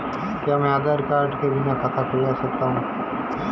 क्या मैं आधार कार्ड के बिना खाता खुला सकता हूं?